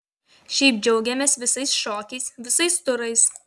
šiaip džiaugiamės visais šokiais visais turais